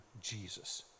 Jesus